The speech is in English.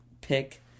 pick